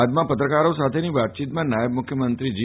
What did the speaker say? બાદમાં પત્રકારો સાથેની વાતચીતમાં નાથબ મુખ્યમંત્રી જી